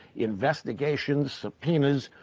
investigations, subpoenas.